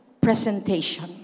presentation